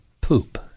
poop